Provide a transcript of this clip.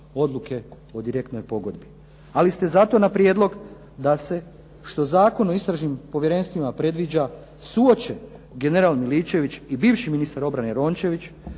odluke o direktnoj pogodbi. Ali ste zato na prijedlog da se, što Zakon o istražnim povjerenstvima predviđa, suoče general Miličević i bivši ministar obrane Rončević